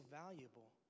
valuable